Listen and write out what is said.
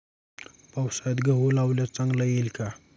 पावसाळ्यात गहू लावल्यास चांगला येईल का?